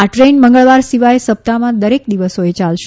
આ દ્રેન મંગળવાર સિવાય સપ્તાહમાં દરેક દિવસોએ યાલશે